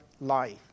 life